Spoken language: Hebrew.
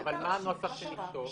מה הנוסח שנכתוב?